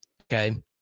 Okay